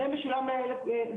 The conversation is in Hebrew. זה משולם ככה.